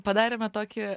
padarėme tokį